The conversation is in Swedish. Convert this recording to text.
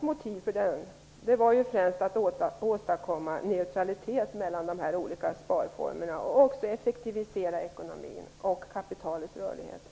Motivet var främst att åstadkomma neutralitet mellan de olika sparformerna, effektivisera ekonomin och främja kapitalets rörlighet.